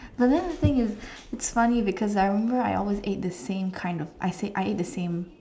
but then the thing is it's funny because I remember I always ate the same kind of I think I eat the same